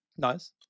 Nice